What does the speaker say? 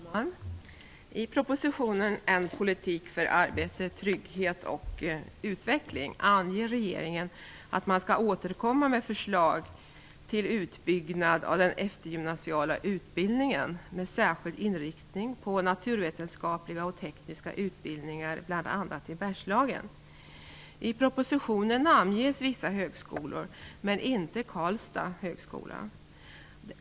Fru talman! I propositionen En politik för arbete, trygghet och utveckling anger regeringen att man skall återkomma med förslag till utbyggnad av den eftergymnasiala utbildningen med särskild inriktning på naturvetenskapliga och tekniska utbildningar, bl.a. i Bergslagen. I propositionen namnges vissa högskolor men inte Karlstad högskola.